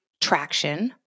traction